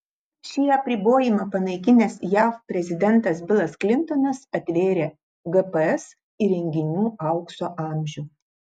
šį apribojimą panaikinęs jav prezidentas bilas klintonas atvėrė gps įrenginių aukso amžių